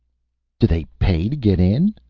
do they pay to get in?